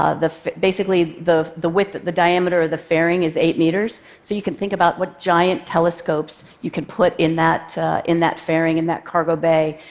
ah basically, the the width, the diameter of the fairing is eight meters, so you can think about what giant telescopes you can put in that in that fairing, in that cargo bay,